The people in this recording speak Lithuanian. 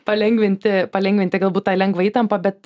palengvinti palengvinti galbūt tą lengvą įtampą bet